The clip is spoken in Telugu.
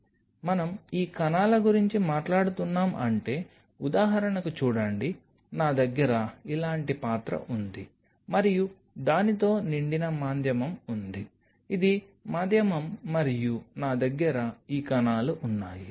కాబట్టి మనం ఈ కణాల గురించి మాట్లాడుతున్నాం అంటే ఉదాహరణకు చూడండి నా దగ్గర ఇలాంటి పాత్ర ఉంది మరియు దానితో నిండిన మాధ్యమం ఉంది ఇది మాధ్యమం మరియు నా దగ్గర ఈ కణాలు ఉన్నాయి